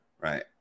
right